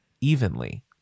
evenly